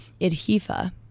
Idhifa